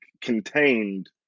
contained